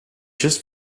just